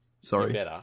Sorry